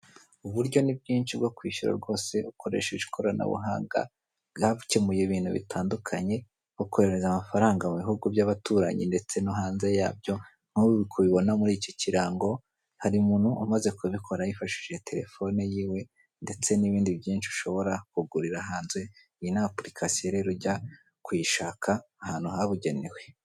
Uburyo ni bwinshi bwo kwishyura rwose ukoresheje ikoranabuhanga bwakemuye ibintu bitandukanye bwo kohereza amafranga mu bihugu by'abaturanyi ndetse no hanze yabyo aho tubibona kuri iki kirango hari umuntu umaze kubikora yifashishije tetefoni yiwe ndetse n'ibindi byinshi ushobora kugurira hanze , iyi ni apurikasiyo rero ujya kuyishaka ahabugenewe.